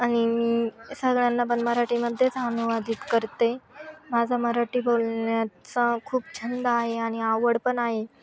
आणि मी सगळ्यांना पण मराठीमध्येच अनुवादित करते माझा मराठी बोलण्याचा खूप छंद आहे आणि आवड पण आहे